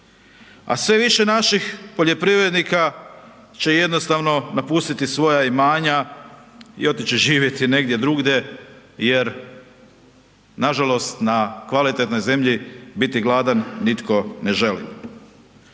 a sve više naših poljoprivrednika će jednostavno napustiti svoja imanja i otići živjeti negdje drugdje jer nažalost na kvalitetnoj zemlji biti gladan nitko ne želi.